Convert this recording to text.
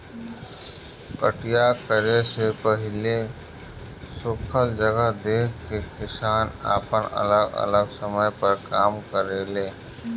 कटिया करे से पहिले सुखल जगह देख के किसान आपन अलग अलग समय पर काम करेले